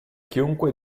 chiunque